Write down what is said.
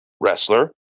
wrestler